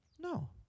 No